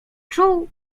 czuł